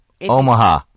Omaha